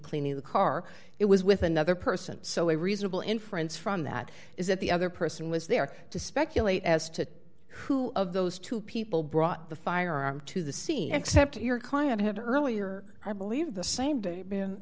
cleaning the car it was with another person so a reasonable inference from that is that the other person was there to speculate as to who of those two people brought the firearm to the scene except your client had earlier i believe the same day